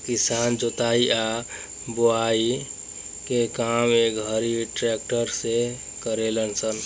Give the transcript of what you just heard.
किसान जोताई आ बोआई के काम ए घड़ी ट्रक्टर से करेलन स